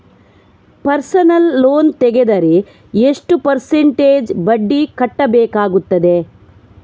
Personal loan ತೆಗೆದರೆ ಎಷ್ಟು percentage ಬಡ್ಡಿ ಕಟ್ಟಬೇಕಾಗುತ್ತದೆ?